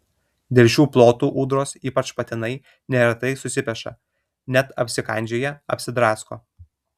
dėl šių plotų ūdros ypač patinai neretai susipeša net apsikandžioja apsidrasko